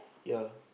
ya